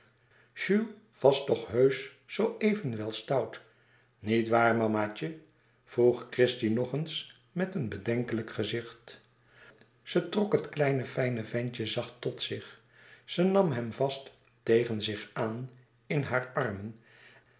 was toch heusch zoo even wel stout niet waar mama tje vroeg christie nog eens met een bedenkelijk gezicht ze trok het kleine fijne ventje zacht tot zich ze nam hem vast tegen zich aan in haar armen